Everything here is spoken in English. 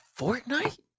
Fortnite